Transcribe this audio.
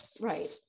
Right